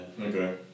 Okay